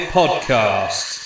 podcast